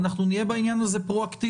אנחנו נהיה בעניין הזה פרואקטיביים,